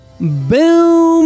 Boom